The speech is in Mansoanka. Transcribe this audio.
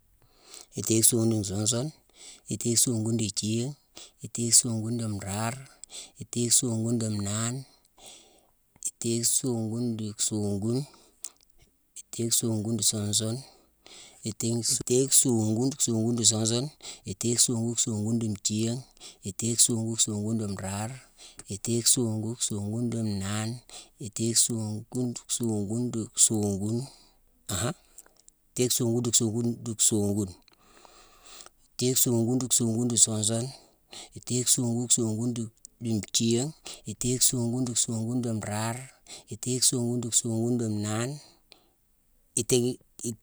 Itééghi songune di suun sune, itééghi songune di nthiigh, itééghi songune di nraare, itééghi songune di nnaane, itééghi songune di songune, itééghi songune di suun sune, itééghi songune di songune di suun sune, itééghi songune di songune di nthiigh, itééghi songune di songune di nraare, itééghi songune di songune di nnaane, itééghi songune di songune di songune an-ha, itééghi songune di songune di songune, itééghi songune di songune di suun sune, itééghi songune songune di nthiigh, itééghi songune di songune di nraare, itééghi songune di songune di nnaane, itééghi-i